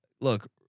look